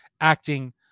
acting